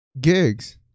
gigs